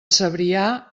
cebrià